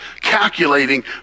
calculating